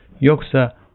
Yoksa